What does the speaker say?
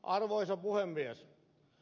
arvoisa puhemies